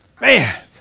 Man